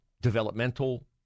developmental